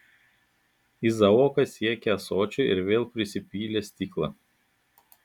izaokas siekė ąsočio ir vėl prisipylė stiklą